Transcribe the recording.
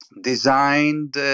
designed